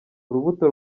urubuto